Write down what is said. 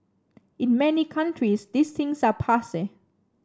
in many countries these things are passe